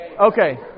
okay